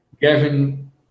Gavin